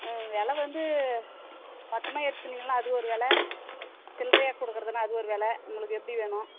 ம் வெலை வந்து மொத்தமாக எடுத்துக்கிட்டிங்கன்னா அது ஒரு வெலை சில்லறையா கொடுக்கிறதுனா அது ஒரு வெலை உங்களுக்கு எப்படி வேணும்